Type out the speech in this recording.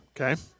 Okay